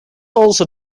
also